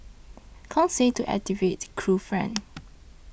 Kong said to activate Chew's friend